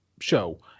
show